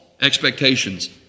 expectations